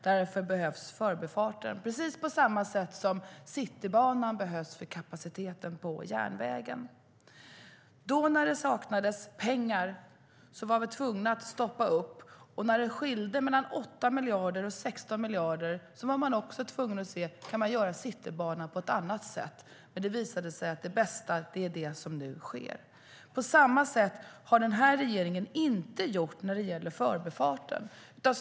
Därför behövs Förbifarten för kapaciteten på vägen på samma sätt som Citybanan behövs för kapaciteten på järnvägen. På det sättet har denna regering inte gjort när det gäller Förbifarten.